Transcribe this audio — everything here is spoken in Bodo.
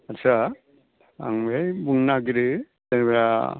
आदसा आं बेहाय बुंनो नागिरो जेनोबा